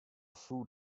food